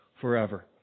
forever